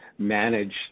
Manage